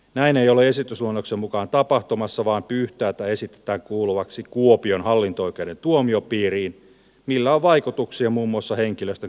näin ei ole esitysluonnoksen mukaan tapahtumassa vaan pyhtäätä esitetään kuuluvaksi kuopion hallinto oikeuden tuomiopiiriin millä on vaikutuksia muun muassa henkilöstön kielitaitovaatimuksiin